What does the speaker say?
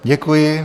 Děkuji.